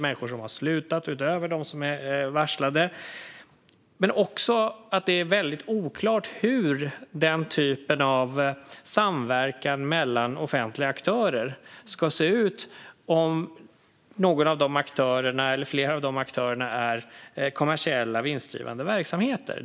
Människor har slutat utöver de som har varslats, men det är också väldigt oklart hur den typen av samverkan mellan offentliga aktörer ska se ut om någon eller flera av de aktörerna är kommersiella, vinstdrivande verksamheter.